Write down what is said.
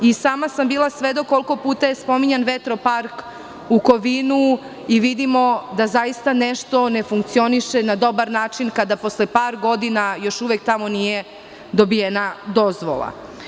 I sama sam bila svedok koliko puta je spominjan vetropark u Kovinu i vidimo da zaista nešto ne funkcioniše na dobar način, kada posle par godina još uvek tamo nije dobijena dozvola.